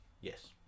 Yes